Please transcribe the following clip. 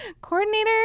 Coordinator